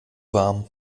warm